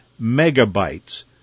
megabytes